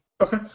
Okay